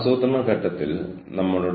അവർ ചെയ്യുന്നത് ശരിയാണോ